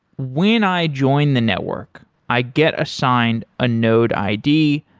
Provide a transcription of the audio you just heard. when i join the network, i get assigned a node id.